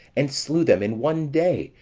and slew them in one day,